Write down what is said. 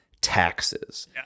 taxes